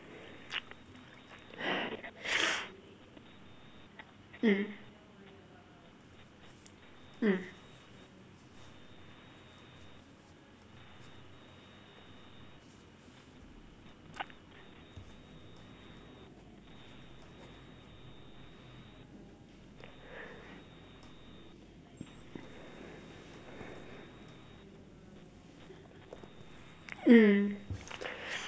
mm mm mm